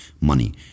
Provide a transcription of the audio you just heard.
money